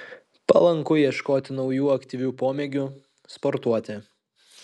palanku ieškoti naujų aktyvių pomėgių sportuoti